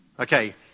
Okay